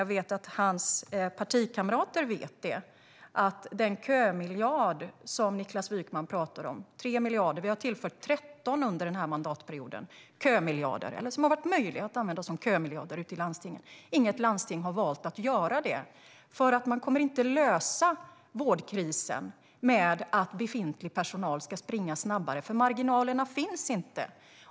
Jag vet inte om Niklas Wykman vet detta, men jag vet att hans partikamrater gör det: Vi har tillfört 13 miljarder under den här mandatperioden som det har varit möjligt att använda som kömiljarder ute i landstingen. Inget landsting har valt att göra det, för man kommer inte att lösa vårdkrisen genom att befintlig personal ska springa snabbare. Marginalerna finns inte.